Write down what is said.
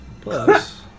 plus